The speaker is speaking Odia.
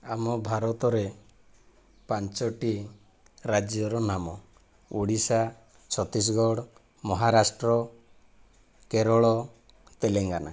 ଆମ ଭାରତରେ ପାଞ୍ଚୋଟି ରାଜ୍ୟର ନାମ ଓଡ଼ିଶା ଛତିଶଗଡ଼ ମହାରାଷ୍ଟ୍ର କେରଳ ତେଲେଙ୍ଗାନା